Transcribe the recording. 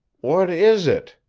what is it?